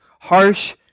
harsh